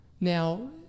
Now